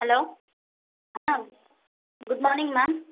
hello ma'am good morning ma'am